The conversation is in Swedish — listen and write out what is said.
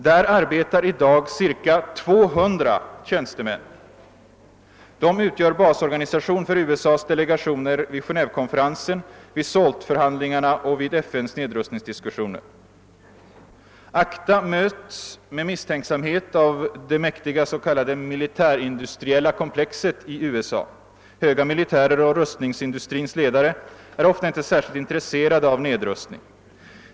Där arbetar i dag cirka 200 tjänstemän, som utgör basorganisation för USA:s delegationer vid Genévekonferensen, vid SALT-förhandlingarna och vid FN:s nedrustningsdiskussioner. ACDA möts med misstänksamhet av det mäktiga s.k. militärindustriella komplexet i USA. Höga militärer och rustningsindustrins ledare är ofta inte särskilt intresserade av nedrustning.